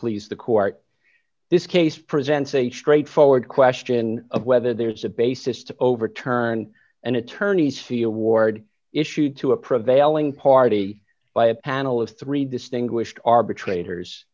please the court this case presents a straightforward question of whether there's a basis to overturn an attorney see award issued to a prevailing party by a panel of three distinguished arbitrators